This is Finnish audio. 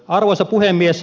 arvoisa puhemies